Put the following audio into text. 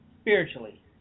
spiritually